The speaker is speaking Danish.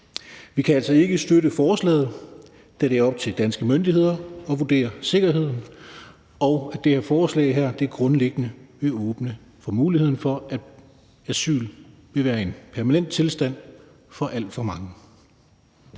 Vi kan altså ikke støtte forslaget, da det er op til danske myndigheder at vurdere sikkerheden og det her forslag grundliggende vil åbne for muligheden for, at asyl vil være en permanent tilstand for alt for mange.